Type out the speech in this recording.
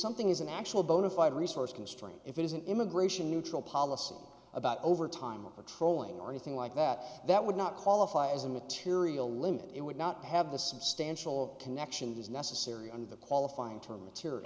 something is an actual bona fide resource constrained if it is an immigration neutral policy about overtime or trolling or anything like that that would not qualify as a material limit it would not have the substantial of connections is necessary and the qualifying term mat